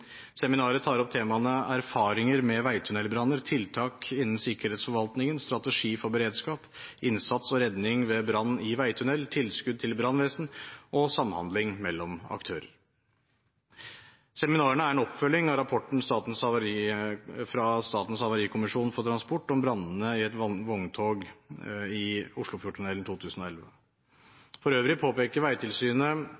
Seminaret tar opp temaene erfaringer med veitunnelbranner, tiltak innen sikkerhetsforvaltningen, strategi for beredskap, innsats og redning ved brann i veitunnel, tilskudd til brannvesen og samhandling mellom aktører. Seminarene er en oppfølging av rapporten fra Statens havarikommisjon for transport om brannene i et vogntog i